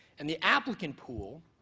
and the applicant pool